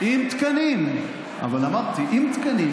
עם תקנים, אמרתי, עם תקנים.